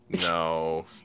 No